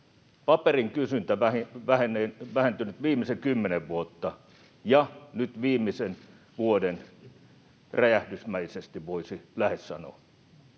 paperin kysyntä on vähentynyt viimeisen 10 vuotta ja nyt viimeisen vuoden räjähdysmäisesti, voisi lähes sanoa